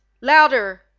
LOUDER